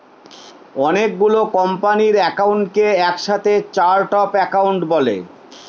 অনেকগুলো কোম্পানির একাউন্টকে এক সাথে চার্ট অফ একাউন্ট বলে